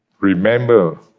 Remember